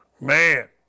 Man